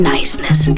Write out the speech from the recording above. Niceness